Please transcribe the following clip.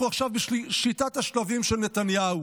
אנחנו עכשיו בשיטת השלבים של נתניהו,